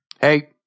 Hey